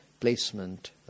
placement